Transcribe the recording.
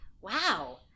Wow